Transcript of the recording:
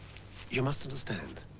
you must understand